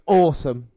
awesome